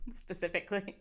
Specifically